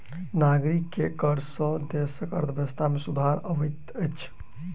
नागरिक के कर सॅ देसक अर्थव्यवस्था में सुधार अबैत अछि